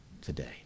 today